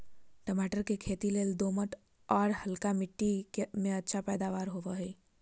टमाटर के खेती लेल दोमट, आर हल्का मिट्टी में अच्छा पैदावार होवई हई